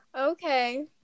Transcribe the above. Okay